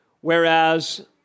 whereas